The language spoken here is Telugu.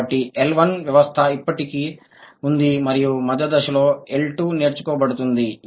కాబట్టి L1 వ్యవస్థ ఇప్పటికే ఉంది మరియు మధ్య దశలో L2 నేర్చుకోబడింది